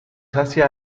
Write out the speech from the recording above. hacia